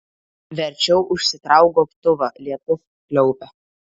verčiau užsitrauk gobtuvą lietus pliaupia